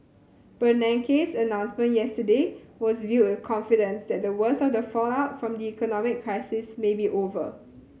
Bernanke's announcement yesterday was viewed with confidence that the worst of the fallout from the economic crisis may be over